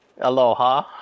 Aloha